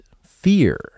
fear